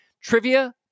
trivia